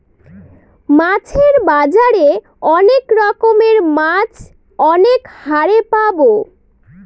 মাছের বাজারে অনেক রকমের মাছ অনেক হারে পাবো